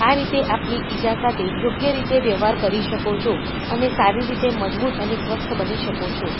આ રીતે આપની ઈજા સાથે યોગ્ય રીતે વ્યવહાર કરી શકો છો અને સારી રીતે મજબૂત અને સ્વસ્થ બની શકો છો